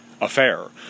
affair